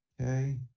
okay